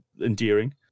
endearing